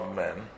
men